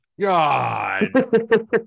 God